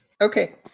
Okay